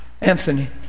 Anthony